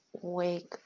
Wake